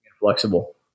flexible